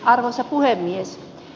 arvoisa puhemies